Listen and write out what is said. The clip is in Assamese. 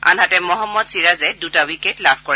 আনহাতে মহম্মদ চিৰাজে দুটা উইকেট লাভ কৰে